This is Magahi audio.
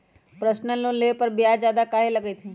पर्सनल लोन लेबे पर ब्याज ज्यादा काहे लागईत है?